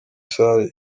salle